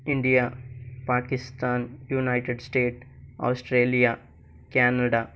India Pakistan United States Australia Canada